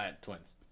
twins